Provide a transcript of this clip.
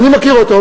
אני מכיר אותו,